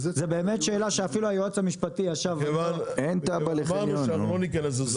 זו באמת שאלה שאפילו היועץ המשפטי ישב --- אמרנו שאנחנו לא ניכנס לזה.